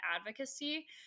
advocacy